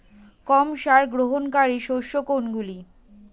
কম সার গ্রহণকারী শস্য কোনগুলি?